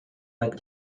but